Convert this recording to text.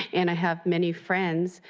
and, i have many friends,